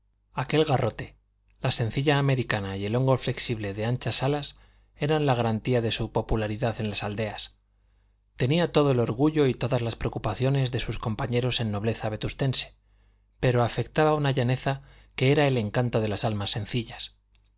aquel garrote la sencilla americana y el hongo flexible de anchas alas eran la garantía de su popularidad en las aldeas tenía todo el orgullo y todas las preocupaciones de sus compañeros en nobleza vetustense pero afectaba una llaneza que era el encanto de las almas sencillas